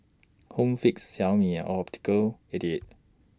Home Fix Xiaomi and Optical eighty eight